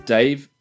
Dave